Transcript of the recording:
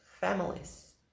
families